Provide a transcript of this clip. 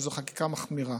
שזו חקיקה מחמירה.